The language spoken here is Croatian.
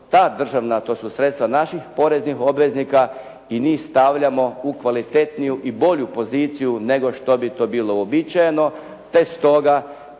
ta državna, a to su sredstva naših poreznih obveznika i njih stavljamo u kvalitetniju i bolju poziciju nego što bi to bilo uobičajeno